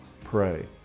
pray